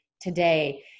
today